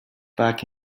back